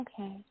Okay